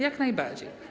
Jak najbardziej.